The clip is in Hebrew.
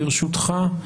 ברשותך,